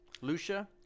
Lucia